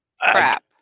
crap